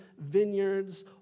vineyards